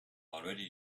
already